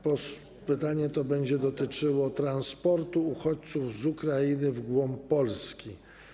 Pytanie będzie dotyczyło transportu uchodźców z Ukrainy w głąb Polski.